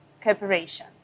cooperation